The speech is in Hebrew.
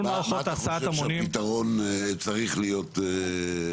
מה אתה חושב שהפתרון צריך להיות היום?